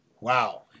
Wow